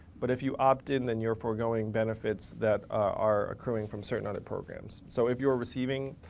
but if you opt in, then you're foregoing benefits that are accruing from certain other programs. so if you're receiving